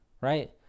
right